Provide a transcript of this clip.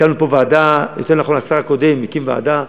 הקמנו ועדה, יותר נכון השר הקודם הקים ועדה,